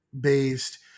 based